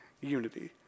unity